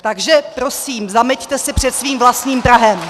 Takže prosím, zameťte si před svým vlastním prahem!